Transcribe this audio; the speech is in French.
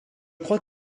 crois